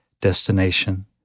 destination